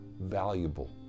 valuable